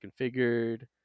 configured